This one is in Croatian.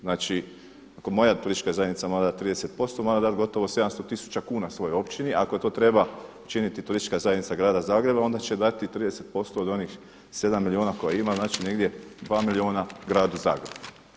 Znači ako moja turistička zajednica mora dati 30% mora dati gotovo 700 tisuća kuna svojoj općini ako to treba činiti Turistička zajednica Grada Zagreba onda će dati 30% od onih 7 milijuna koje ima, znači negdje 2 milijuna Gradu Zagrebu.